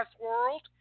world